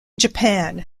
japan